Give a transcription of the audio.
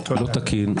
לא תקין,